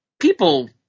people